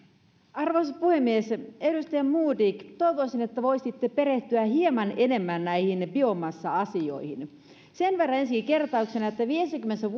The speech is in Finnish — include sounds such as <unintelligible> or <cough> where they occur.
arvoisa puhemies edustaja modig toivoisin että voisitte perehtyä hieman enemmän näihin biomassa asioihin sen verran ensin kertauksena että viidessäkymmenessä <unintelligible>